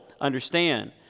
understand